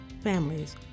families